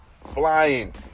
flying